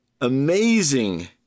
amazing